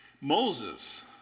Moses